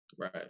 Right